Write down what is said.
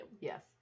Yes